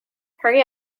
hurry